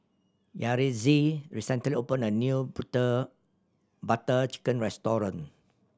Yaretzi recently opened a new Put Butter Chicken restaurant